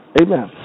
Amen